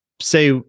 Say